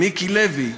מיקי לוי,